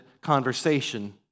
conversation